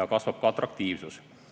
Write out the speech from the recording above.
ja kasvab ka atraktiivsus. Eesti